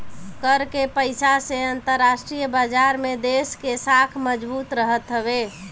कर के पईसा से अंतरराष्ट्रीय बाजार में देस के साख मजबूत रहत हवे